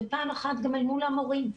ופעם אחת גם אל מול המורים.